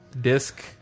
disc